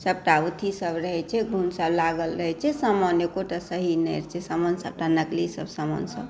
सभटा अथी सभ रहै छै घुन सभ लागल रहै छै समान एकोटा सही नहि छै नकली सभ समान सभ